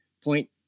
point